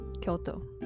Kyoto